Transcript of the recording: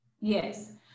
Yes